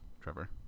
Trevor